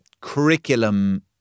curriculum